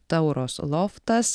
taurus loftas